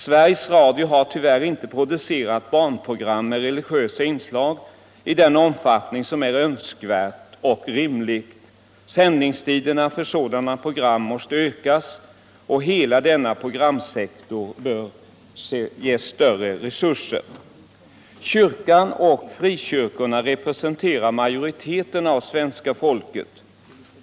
Sveriges Radio har tyvärr inte producerat barnprogram med religiösa inslag i den omfattning som är önskvärd och rimlig. Sändningstiderna för sådana program måste ökas, och hela den programsektorn bör ges större resurser. Kyrkan och frikyrkorna representerar majoriteten av svenska folket.